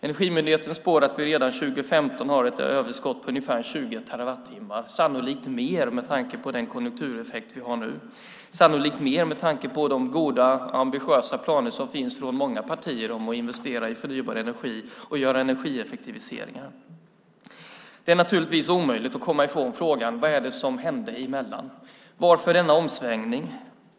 Energimyndigheten spår att Sverige redan 2015 har ett energiöverskott på ungefär 20 terawattimmar, sannolikt mer med tanke på den konjunktureffekt som vi har nu, sannolikt mer med tanke på de ambitiösa planer som finns från många partier på att investera i förnybar energi och göra energieffektiviseringar. Det är naturligtvis omöjligt att komma ifrån frågan: Vad är det som hände emellan? Varför denna omsvängning?